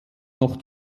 noch